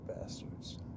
Bastards